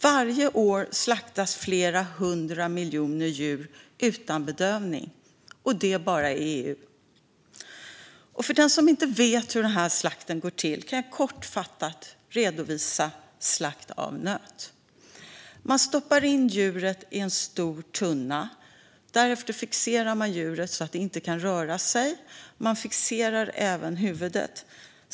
Varje år slaktas flera hundra miljoner djur utan bedövning, och det bara i EU. För den som inte vet hur denna slakt går till kan jag kortfattat redovisa hur slakt av nöt går till. Man stoppar in djuret i en stor tunna. Därefter fixerar man djuret så att det inte kan röra sig. Man fixerar även huvudet.